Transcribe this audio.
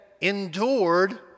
endured